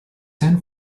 san